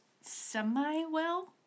semi-well